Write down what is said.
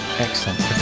Excellent